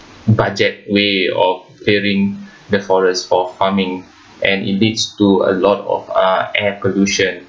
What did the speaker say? budget way of clearing the forest for farming and it leads to a lot of uh air pollution